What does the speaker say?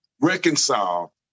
reconcile